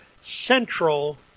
central